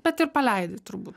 bet ir paleidi turbūt